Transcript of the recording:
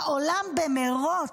העולם במרוץ,